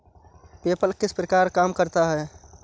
PayPal किस प्रकार काम करता है?